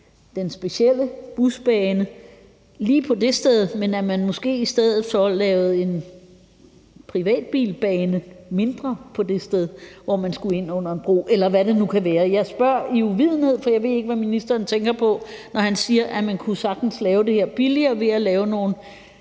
den specielle busbane lige der, men at man måske i stedet så lavede en privatbilbane mindre på det sted, hvor man skulle ind under bro, eller hvad det nu kan være. Jeg spørger i uvidenhed, for jeg ved ikke, hvad ministeren tænker på, når han siger, at man sagtens kunne lave det her billigere ved at lave nogle